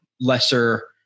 lesser